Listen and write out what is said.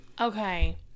Okay